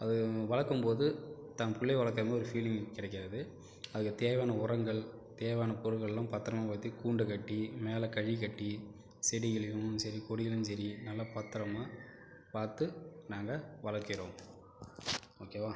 அது வளர்க்கும்போது தம் பிள்ளைய வளர்க்கறமாரி ஒரு ஃபீலிங் கிடைக்கு அது அதுக்கு தேவையான உரங்கள் தேவையான பொருட்கள்லாம் பத்தரம்படுத்தி கூண்டு கட்டி மேலே கழி கட்டி செடிகளையும் சரி கொடிகளையும் சரி நல்லா பத்ரமாக பார்த்து நாங்கள் வளர்க்கிறோம் ஓகே வா